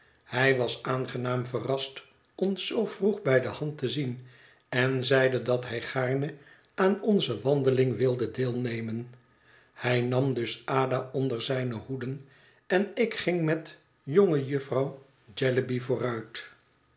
hij was aangenaam verrast ons zoo vroeg bij de hand te zien en zeide dat hij gaarne aan onze wandeling wilde deelnemen hij nam dus ada onder zijne hoede en ik ging met jonge jufvrouw jellyby vooruit